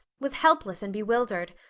was helpless and bewildered,